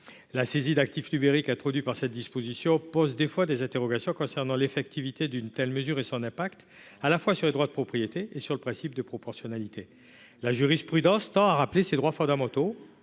La saisie d'actifs numériques introduite par l'article 3 soulève des interrogations quant à l'effectivité d'une telle mesure et son impact, à la fois sur les droits de propriété et sur le principe de proportionnalité. La jurisprudence rappelle ces droits fondamentaux,